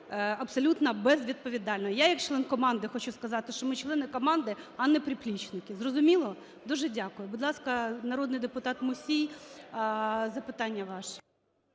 абсолютно безвідповідально. Я як член команди хочу сказати, що ми – члени команди, а не "приплічники". Зрозуміло? Дуже дякую. Будь ласка, народний депутат Мусій, запитання ваше.